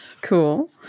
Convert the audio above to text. Cool